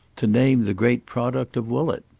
to name the great product of woollett.